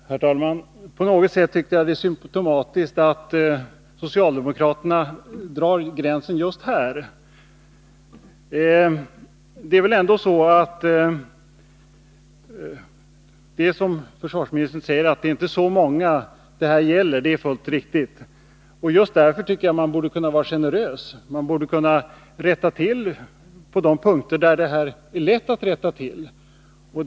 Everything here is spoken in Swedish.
Herr talman! På något sätt är det symtomatiskt att socialdemokraterna drar gränsen just här. Som försvarsministern säger gäller det inte så många. Det är fullt riktigt. Just därför borde man kunna vara generös. Man borde kunna rätta till förhållandena på de punkter där det är lätt att göra det.